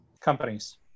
Companies